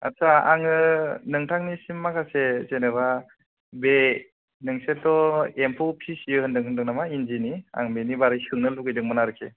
आटसा आङो नोंथांनिसिम माखासे जेन'बा बे नोंसोरथ' एम्फौ फिसियो होन्दों होन्दों नामा इन्दिनि आं बेनि बोरै सोंनो लुगैदोंमोन आरोखि